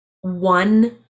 one